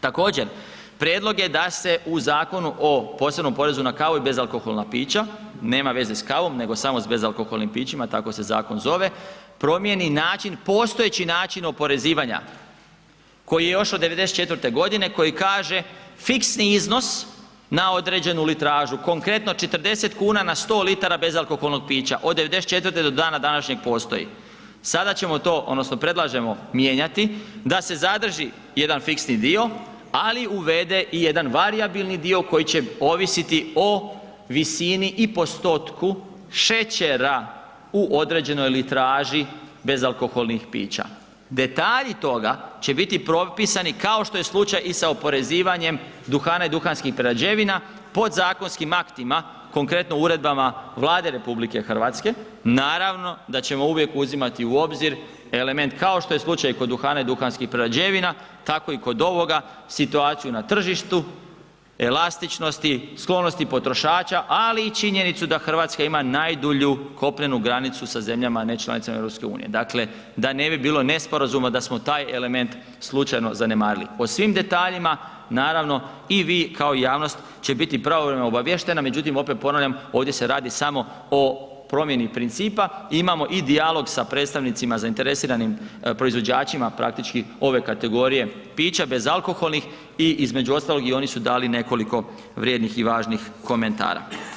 Također, prijedlog je da se u Zakonu o posebnom porezu na kavu i bezalkoholna pića, nema veze s kavom nego samo s bezalkoholnim pićima, tako se zakon zove, promijeni način, postojeći način oporezivanja koji je još od '94.g. koji kaže fiksni iznos na određenu litražu, konkretno 40,00 kn na 100 litara bezalkoholnog pića od '94. do dana današnjeg postoji, sada ćemo to odnosno predlažemo mijenjati da se zadrži jedan fiksni dio, ali uvede i jedan varijabilni dio koji će ovisiti o visini i postotku šećera u određenoj litraži bezalkoholnih pića, detalji toga će biti propisani kao što je slučaj i sa oporezivanjem duhana i duhanskih prerađevina, podzakonskim aktima, konkretno uredbama Vlade RH, naravno da ćemo uvijek uzimati u obzir element kao što je slučaj i kod duhana i duhanskih prerađevina, tako i kod ovoga, situaciju na tržištu, elastičnosti, sklonosti potrošača, ali i činjenicu da RH ima najdulju kopnenu granicu sa zemljama nečlanicama EU, dakle da ne bi bilo nesporazuma da smo taj element slučajno zanemarili, o svim detaljima naravno i vi kao i javnost će biti pravovremeno obaviještena, međutim opet ponavljam, ovdje se radi samo o promjeni principa i imamo i dijalog sa predstavnicima zainteresiranim proizvođačima praktički ove kategorije pića bezalkoholnih i između ostalih i oni su dali nekoliko vrijednih i važnih komentara.